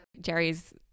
Jerry's